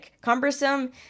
cumbersome